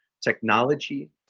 technology